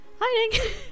Hiding